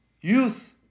Youth